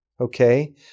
okay